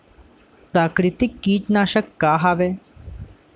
प्राकृतिक कीटनाशक का हवे?